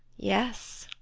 yes.